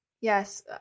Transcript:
Yes